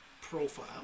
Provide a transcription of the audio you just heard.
profile